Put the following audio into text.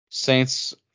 Saints